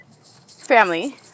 family